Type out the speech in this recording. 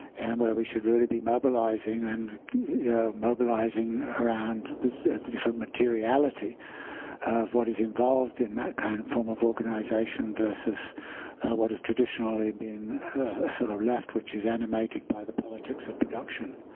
and where we should really be mobilizing and yeah mobilizing around the the different materiality of what is involved in that kind of form of organization. versus what has traditionally been a sort of left which is animated by the politics of production.